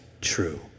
true